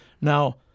Now